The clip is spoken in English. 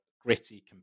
gritty